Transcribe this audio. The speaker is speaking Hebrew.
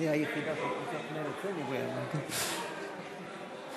ההסתייגות של קבוצת סיעת מרצ לשם החוק לא נתקבלה.